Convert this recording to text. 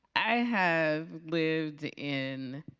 i have lived in,